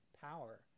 power